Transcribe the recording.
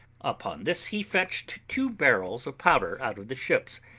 upon this he fetched two barrels of powder out of the ships,